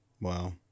Wow